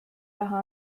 raha